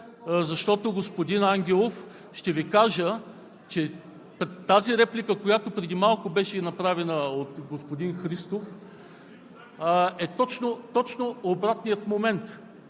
Защото, господин Ангелов, ще Ви кажа, че тази реплика, която преди малко беше направена от господин Христов, е точно обратният момент.